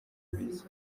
ibiza